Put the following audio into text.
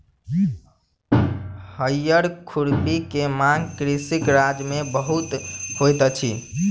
हअर खुरपी के मांग कृषि राज्य में बहुत होइत अछि